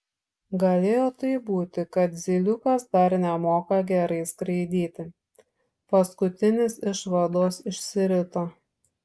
galėjo taip būti kad zyliukas dar nemoka gerai skraidyti paskutinis iš vados išsirito